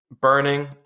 burning